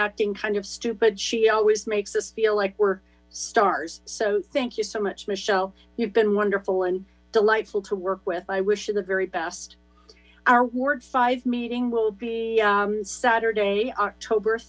acting kind of stupid she always makes us feel like we're stars so thank you so much michelle you've been wonderful and delightful to work with i wish you the very best our ward five meeting will be saturday october